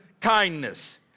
kindness